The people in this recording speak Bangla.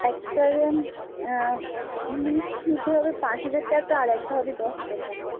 একটার এম লিজ দিতে হবে পাঁচ হাজার টাকা আরেকটা হবে দশ হাজার টাকা